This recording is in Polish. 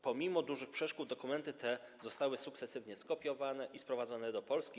Pomimo dużych przeszkód dokumenty te zostały sukcesywnie skopiowane i sprowadzone do Polski.